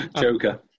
Joker